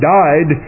died